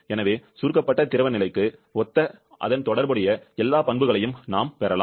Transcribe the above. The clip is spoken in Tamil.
எனவே சுருக்கப்பட்ட திரவ நிலைக்கு ஒத்த தொடர்புடைய எல்லா பண்புகளையும் நாம் பெறலாம்